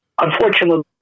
Unfortunately